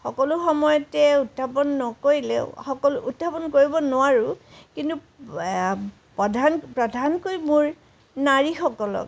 সকলো সময়তে উৎথাপন নকৰিলেও সক উৎথাপন কৰিব নোৱাৰোঁ কিন্তু প্ৰধান প্ৰধানকৈ মোৰ নাৰীসকলক